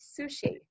sushi